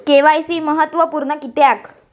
KYC महत्त्वपुर्ण किद्याक?